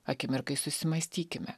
akimirkai susimąstykime